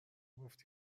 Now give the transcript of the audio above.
گفتی